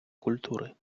культури